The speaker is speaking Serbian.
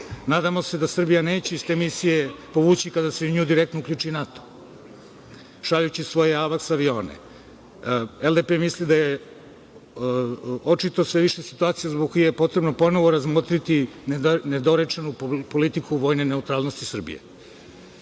Nadamo se da Srbija neće iz te misije povući kada se u nju direktno uključi i NATO šaljući svoje avaks avione. Takođe, LDP misli da je očito sve više situacija zbog kojih je potrebno ponovo razmotriti nedorečenu politiku vojne neutralnosti